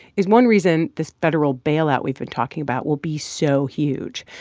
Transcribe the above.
is one reason this federal bailout we've been talking about will be so huge.